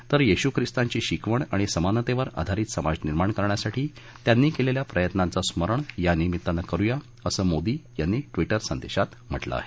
तर येशू ख़िस्तांची शिकवण आणि समानतेवर आधारित समाज निर्माण करण्यासाठी त्यांनी केलेल्या प्रयत्नांचं स्मरण यानिमित्तानं करुया असं मोदी यांनी ट्वीटर संदेशात म्हटलं आहे